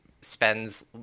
spends